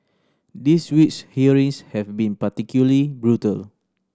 this week's hearings have been particularly brutal